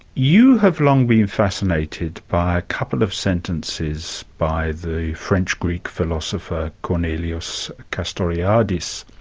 you have long been fascinated by a couple of sentences by the french greek philosopher cornelius castoriadis.